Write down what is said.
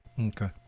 Okay